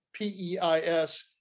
PEIS